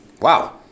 wow